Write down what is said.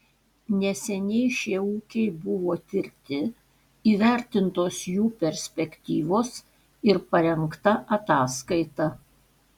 neseniai šie ūkiai buvo tirti įvertintos jų perspektyvos ir parengta ataskaita